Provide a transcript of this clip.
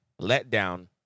letdown